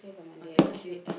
oh thank you